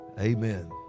Amen